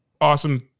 awesome